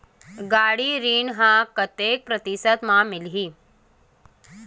गाड़ी ऋण ह कतेक प्रतिशत म मिलही?